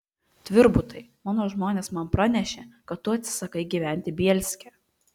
tvirbutai mano žmonės man pranešė kad tu atsisakai gyventi bielske